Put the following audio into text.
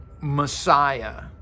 Messiah